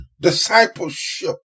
Discipleship